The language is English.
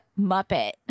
muppet